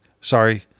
sorry